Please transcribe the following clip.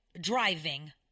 Driving